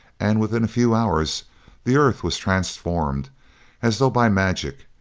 and within a few hours the earth was transformed as though by magic,